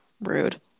Rude